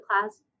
class